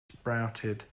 sprouted